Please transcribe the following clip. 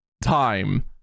time